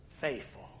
faithful